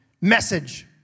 message